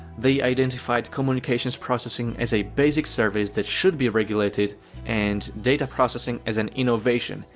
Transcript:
they identified communications processing as a basic service that should be regulated and data processing as an innovation,